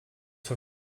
for